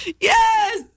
Yes